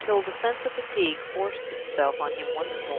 till the sense of fatigue forced itself on him once more.